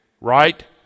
right